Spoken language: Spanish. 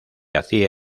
hacía